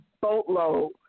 boatload